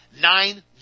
nine